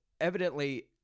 evidently